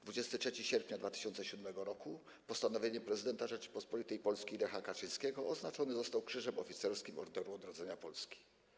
23 sierpnia 2007 r. postanowieniem prezydenta Rzeczypospolitej Polskiej Lecha Kaczyńskiego odznaczony został Krzyżem Oficerskim Orderu Odrodzenia Polski.